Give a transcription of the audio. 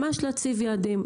ממש להציב יעדים,